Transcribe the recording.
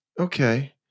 Okay